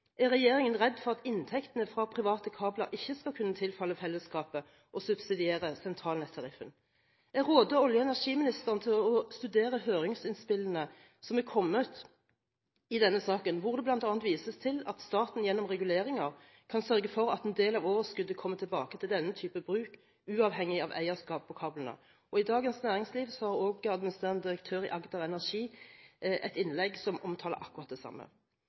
er regjeringen redd for at inntektene fra private kabler ikke skal kunne tilfalle fellesskapet og subsidiere sentralnettariffen. Jeg råder olje- og energiministeren til å studere høringsinnspillene som er kommet i denne saken, hvor det bl.a. vises til at staten gjennom reguleringer kan sørge for at en del av overskuddet kommer tilbake til denne type bruk – uavhengig av eierskap på kablene. I Dagens Næringsliv har også konsernsjefen i Agder Energi et innlegg som omtaler akkurat det samme.